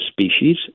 species